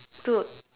two